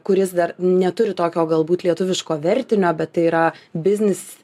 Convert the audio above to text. kuris dar neturi tokio galbūt lietuviško vertinio bet tai yra biznis